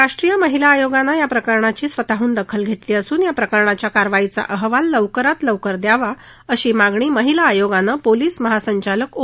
राष्ट्रीय महिला आयोगानं या प्रकरणाची स्वतःहन दखल घेतली असून या प्रकरणाच्या कारवाईचा अहवाल लवकरात लवकर द्यावा अशी मागणी महिला आयोगानं पोलीस महासंचालक ओ